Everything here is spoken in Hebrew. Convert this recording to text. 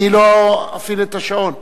אני לא אפעיל את השעון.